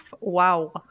Wow